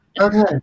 Okay